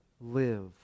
live